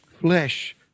flesh